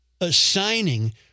assigning